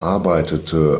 arbeitete